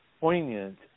poignant